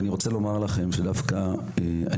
לכן אני